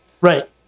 Right